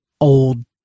old